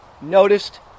noticed